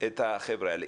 את החבר'ה האלה.